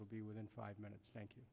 ill be within five minutes thank you